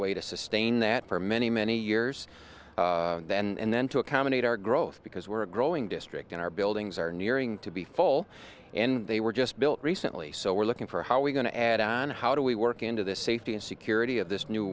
way to sustain that for many many years and then to accommodate our growth because we're a growing district and our buildings are nearing to be full and they were just built recently so we're looking for how are we going to add on how do we work into the safety and security of this new